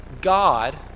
God